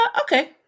okay